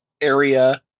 area